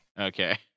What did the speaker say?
Okay